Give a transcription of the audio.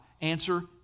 Answer